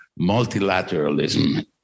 multilateralism